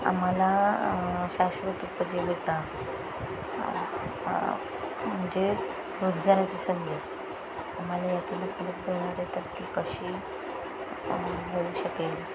आम्हाला शाश्वत जीवता म्हणजे रोजगाराची संधी आम्हाला यातून उपलब्ध करणारे तर ती कशी होऊ शकेल